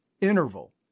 interval